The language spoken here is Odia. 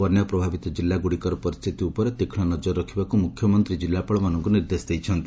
ବନ୍ୟା ପ୍ରଭାବିତ ଜିଲ୍ଲାଗୁଡ଼ିକର ପରିସ୍ସିତି ଉପରେ ତୀକ୍ଷ ନଜର ରଖିବାକୁ ମୁଖ୍ୟମନ୍ତୀ ଜିଲ୍ଲାପାଳମାନଙ୍କୁ ନିର୍ଦ୍ଦେଶ ଦେଇଛନ୍ତି